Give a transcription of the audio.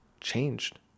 changed